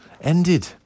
ended